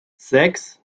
sechs